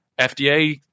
FDA